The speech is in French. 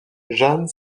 jeanne